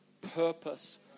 purpose